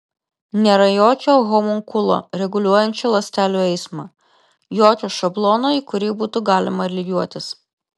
nėra jokio homunkulo reguliuojančio ląstelių eismą jokio šablono į kurį būtų galima lygiuotis